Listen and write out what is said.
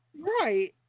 Right